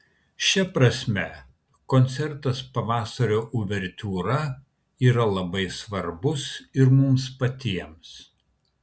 šia prasme koncertas pavasario uvertiūra yra labai svarbus ir mums patiems